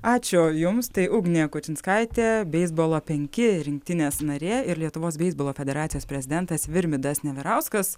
ačiū jums tai ugnė kučinskaitė beisbolo penki rinktinės narė ir lietuvos beisbolo federacijos prezidentas virmidas neverauskas